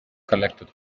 collected